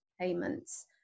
payments